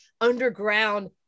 underground